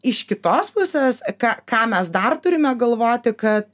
iš kitos pusės ką ką mes dar turime galvoti kad